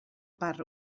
part